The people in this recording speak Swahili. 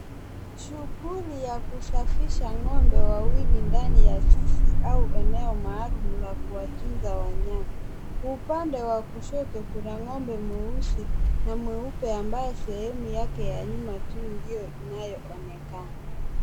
Shughuli ya kusafisha ng'ombe wawili ndani ya zizi au eneo maalumu la kuwakinga wanyama, upande wa kushoto kuna ng'ombe mweusi na mweupe ambaye sehemu yake ya nyuma tu ndiyo inayoonekana.